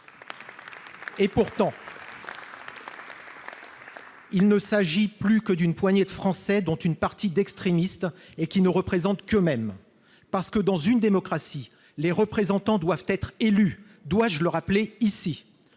Pourtant, il ne s'agit plus que d'une poignée de Français, dont une partie d'extrémistes, et qui ne représentent qu'eux-mêmes ! Dans une démocratie, les représentants doivent être élus, dois-je le rappeler ici ?